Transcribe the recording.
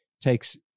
takes